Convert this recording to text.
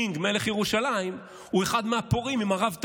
קינג מלך ירושלים, הוא אחד מהפורעים, עם הרב טאו?